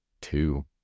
two